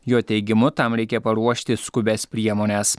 jo teigimu tam reikia paruošti skubias priemones